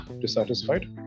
dissatisfied